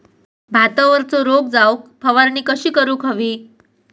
भातावरचो रोग जाऊक फवारणी कशी करूक हवी?